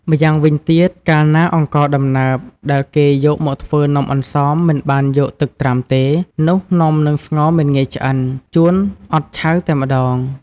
ម្យ៉ាងវិញទៀតកាលណាអង្ករដំណើបដែលគេយកមកធ្វើនំអន្សមមិនបានយកទឹកត្រាំទេ នោះនំហ្នឹងស្ងោរមិនងាយឆ្អិន ជួនអត់ឆៅតែម្តង។